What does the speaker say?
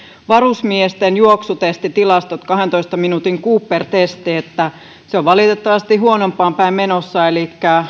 varusmiesten juoksutestitilastot kahdentoista minuutin cooper testi se on valitettavasti huonompaan päin menossa elikkä